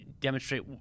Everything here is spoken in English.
demonstrate